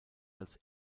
als